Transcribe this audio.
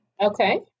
Okay